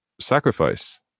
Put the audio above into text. sacrifice